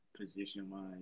position-wise